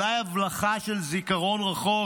או אולי הבלחה של זיכרון רחוק,